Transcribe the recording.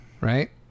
right